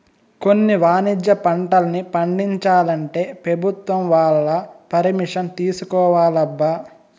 కొన్ని వాణిజ్య పంటల్ని పండించాలంటే పెభుత్వం వాళ్ళ పరిమిషన్ తీసుకోవాలబ్బా